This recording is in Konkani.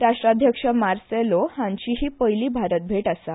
राष्ट्राध्यक्ष मार्सेलो हांजी ही पयली भारत भेट आसा